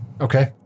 Okay